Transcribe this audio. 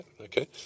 okay